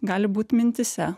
gali būt mintyse